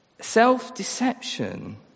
Self-deception